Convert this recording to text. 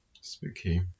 Spooky